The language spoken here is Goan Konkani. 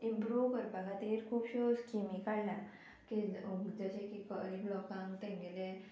इम्प्रूव करपा खातीर खुबश्यो स्किमी काडल्या जशें की गरीब लोकांक तेंगेले